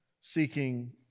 seeking